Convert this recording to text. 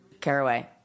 caraway